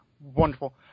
Wonderful